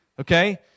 Okay